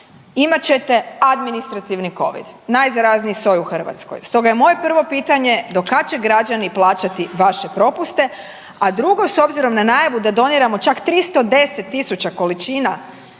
imat ćete administrativni Covid najzarazniji soj u Hrvatskoj. Stoga je moje prvo pitanje do kad će građani plaćati vaše propuste? A drugo s obzirom na najavu da doniramo čak 310.000 količina